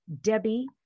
debbie